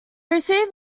received